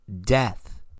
Death